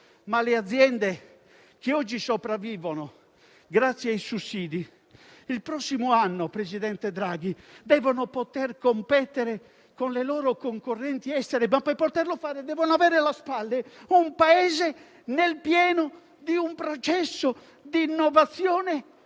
Le aziende che oggi sopravvivono grazie ai sussidi, però, signor presidente Draghi, il prossimo anno devono poter competere con le loro concorrenti estere, ma per poterlo fare devono avere alle spalle un Paese nel pieno di un processo di innovazione